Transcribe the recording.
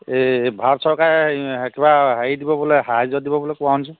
এই ভাৰত চৰকাৰে কিবা হেৰি দিব বোলে সাহাৰ্য্য দিব বোলে কোৱা শুনিছোঁ